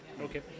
Okay